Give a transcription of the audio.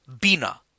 Bina